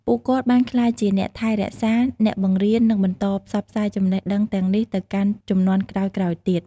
ពួកគាត់បានក្លាយជាអ្នកថែរក្សា អ្នកបង្រៀន និងបន្តផ្សព្វផ្សាយចំណេះដឹងទាំងនេះទៅកាន់ជំនាន់ក្រោយៗទៀត។